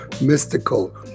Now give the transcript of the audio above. Mystical